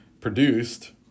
Produced